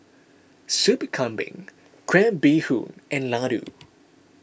Sup Kambing Crab Bee Hoon and Laddu